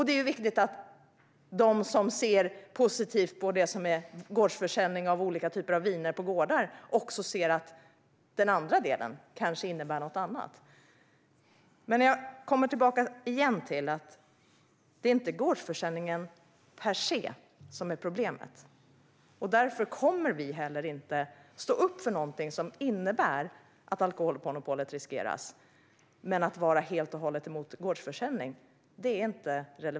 Det är viktigt att de som ser positivt på gårdsförsäljning av viner också ser den andra delen, som kanske innebär något annat. Jag återkommer till att det inte är gårdsförsäljningen per se som är problemet. Därför kommer vi heller inte att stå upp för något som innebär att alkoholmonopolet riskeras. Men det är inte relevant att vara helt emot gårdsförsäljning.